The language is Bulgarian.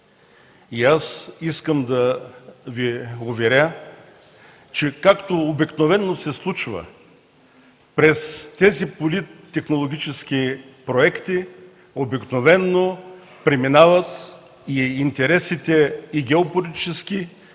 И аз искам да Ви уверя, че както обикновено се случва, през тези политтехнологически проекти обикновено преминават интересите – и геополитически,